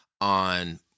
on